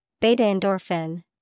Beta-endorphin